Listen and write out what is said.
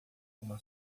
uma